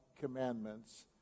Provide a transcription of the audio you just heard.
commandments